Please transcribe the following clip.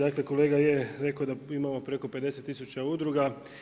Dakle kolega je rekao da imamo preko 50 tisuća udruga.